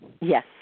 Yes